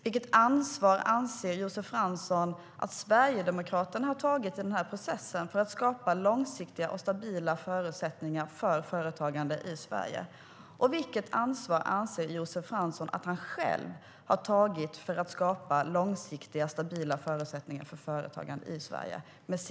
Vilket ansvar anser Josef Fransson att Sverigedemokraterna har tagit i den här processen för att skapa långsiktiga och stabila förutsättningar för företagande i Sverige? Och vilket ansvar anser Josef Fransson att han själv med sitt agerande har tagit för att skapa långsiktiga och stabila förutsättningar för företagande i Sverige?